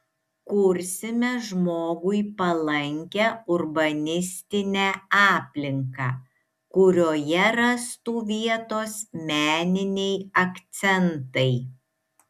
kursime žmogui palankią urbanistinę aplinką kurioje rastų vietos meniniai akcentai